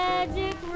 Magic